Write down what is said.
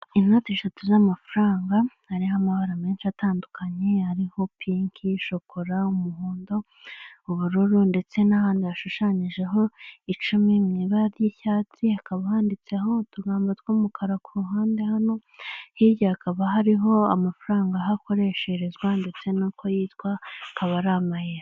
Inoti eshatu z'amafaranga, hariho amabara menshi atandukanye, hariho pinki, shokora, umuhondo, ubururu ndetse n'ahandi hashushanyijeho icumi mu ibara ry'icyatsi, hakaba handitseho utugambo tw'umukara ku ruhande hano, hirya hakaba hariho amafaranga aho akoresherezwa ndetse n'uko yitwa, akaba ari amayero.